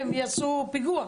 הם יעשו פיגוע.